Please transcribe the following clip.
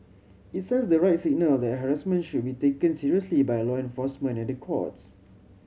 it sends the right signal that harassment should be taken seriously by law enforcement and the courts